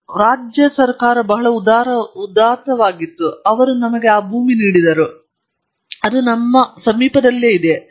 ಮತ್ತು ರಾಜ್ಯ ಸರಕಾರ ಬಹಳ ಉದಾರವಾಗಿತ್ತು ಅವರು ನಮಗೆ ಆ ಭೂಮಿ ನೀಡಿತು ಅದು ನಮ್ಮ ಹತ್ತಿರದಲ್ಲಿದೆ